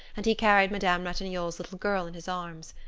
and he carried madame ratignolle's little girl in his arms.